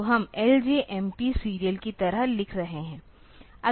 तो हम LJMP serial की तरह लिख रहे हैं